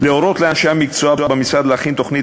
להורות לאנשי המקצוע במשרד להכין תוכנית